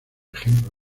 ejemplo